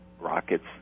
rockets